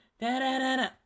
Da-da-da-da